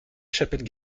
chapelle